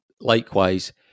likewise